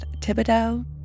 Thibodeau